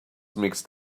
mixed